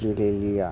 गेलेलिया